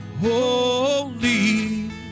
holy